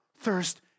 thirst